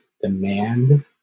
demand